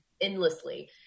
endlessly